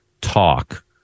talk